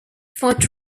fort